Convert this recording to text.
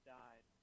died